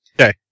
Okay